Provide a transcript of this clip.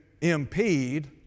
impede